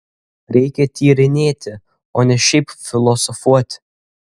reikia tyrinėti o ne šiaip filosofuoti